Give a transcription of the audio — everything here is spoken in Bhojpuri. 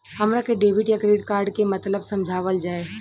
हमरा के डेबिट या क्रेडिट कार्ड के मतलब समझावल जाय?